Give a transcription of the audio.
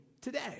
today